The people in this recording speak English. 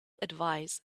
advise